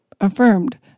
affirmed